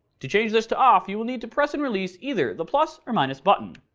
to change this to off you will need to press and release either the plus or minus button.